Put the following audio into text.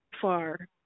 far